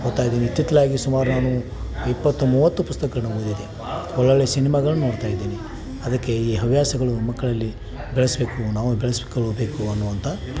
ಓದ್ತಾ ಇದ್ದೀನಿ ಇತ್ತಿತ್ತಲಾಗಿ ಸುಮಾರು ನಾನು ಇಪ್ಪತ್ತು ಮೂವತ್ತು ಪುಸ್ತಕಗಳ್ನ ಓದಿದ್ದೆ ಒಳ್ಳೊಳ್ಳೆಯ ಸಿನಿಮಾಗಳ್ನ ನೋಡ್ತಾ ಇದ್ದೇನೆ ಅದಕ್ಕೆ ಈ ಹವ್ಯಾಸಗಳು ಮಕ್ಕಳಲ್ಲಿ ಬೆಳೆಸಬೇಕು ನಾವು ಬೆಳೆಸ್ಕೊಳಬೇಕು ಅನ್ನುವಂಥ